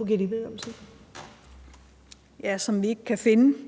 men det er noget, som vi ikke kan finde.